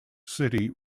city